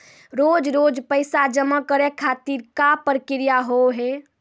रोज रोज पैसा जमा करे खातिर का प्रक्रिया होव हेय?